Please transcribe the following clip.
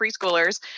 preschoolers